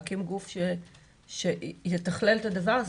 להקים גוף שיתכלל את הדבר הזה.